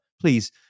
please